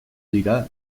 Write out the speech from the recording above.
dira